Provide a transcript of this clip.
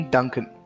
Duncan